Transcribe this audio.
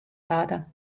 saada